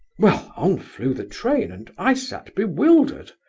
well, on flew the train, and i sat bewildered,